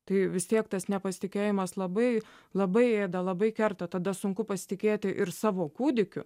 tai vis tiek tas nepasitikėjimas labai labai ėda labai kerta tada sunku pasitikėti ir savo kūdikiu